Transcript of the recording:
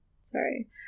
Sorry